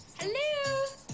Hello